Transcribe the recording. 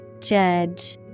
Judge